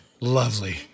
Lovely